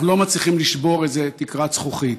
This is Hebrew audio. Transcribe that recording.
לא מצליחים לשבור איזו תקרת זכוכית.